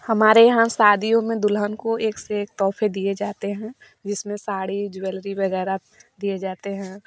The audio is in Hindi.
हमारे यहाँ शादियों में दुल्हन को एक से एक तौफे दिए जाते हैं जिसमें साड़ी ज्वेलरी वगैरह दिए जाते हैं